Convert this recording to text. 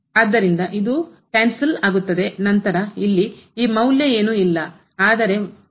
ಆದ್ದರಿಂದ ಇದು ರದ್ದು ಆಗುತ್ತದೆ ನಂತರ ಇಲ್ಲಿ ಈ ಮೌಲ್ಯ ಏನೂ ಇಲ್ಲ ಆದರೆ 3